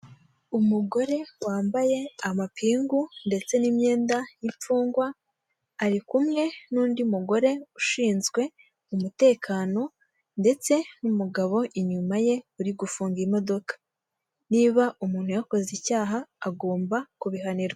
Umugore wambaye amapingu ndetse n'immyenda y'imfungwa ari kumwe n'undi mugore ushinzwe umutekano ndetse n'umugabo inyuma ye uri gufunga imodoka, niba umuntu yakoze icyaha agomba kubihanirwa.